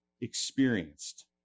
experienced